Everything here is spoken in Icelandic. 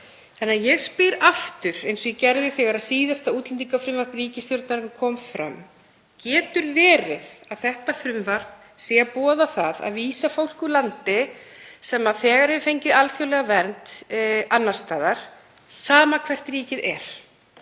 Þannig að ég spyr aftur, eins og ég gerði þegar síðasta útlendingafrumvarp ríkisstjórnarinnar kom fram: Getur verið að þetta frumvarp sé að boða það að vísa fólki úr landi sem þegar hefur fengið alþjóðlega vernd annars staðar, sama hvert ríkið er?